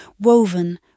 woven